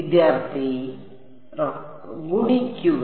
വിദ്യാർത്ഥി ഗുണിക്കുക